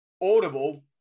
Audible